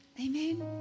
Amen